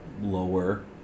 lower